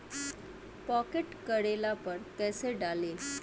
Pocket करेला पर कैसे डाली?